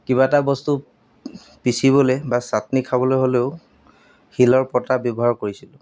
কিবা এটা বস্তু পিচিবলৈ বা চাটনি খাবলৈ হ'লেও শিলৰ পতা ব্যৱহাৰ কৰিছিলোঁ